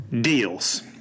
deals